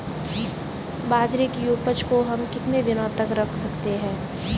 बाजरे की उपज को हम कितने दिनों तक रख सकते हैं?